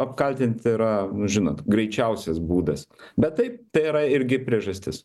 apkaltint yra žinot greičiausias būdas bet taip tai yra irgi priežastis